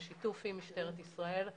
בשיתוף עם משטרת ישראל,